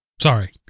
Sorry